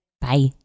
Bye